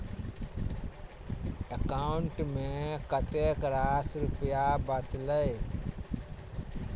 account मे कतेक रास रुपया बचल एई